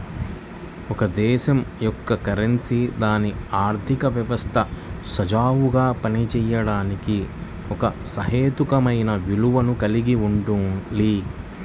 ఒక దేశం యొక్క కరెన్సీ దాని ఆర్థిక వ్యవస్థ సజావుగా పనిచేయడానికి ఒక సహేతుకమైన విలువను కలిగి ఉండాలి